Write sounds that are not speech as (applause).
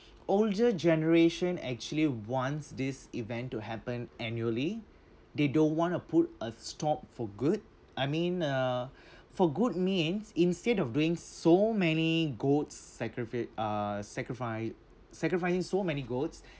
older generation actually wants this event to happen annually they don't want to put a stop for good I mean uh (breath) for good means instead of doing so many goats sacrifi~ uh sacrifice sacrificing so many goats